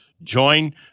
Join